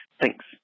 Thanks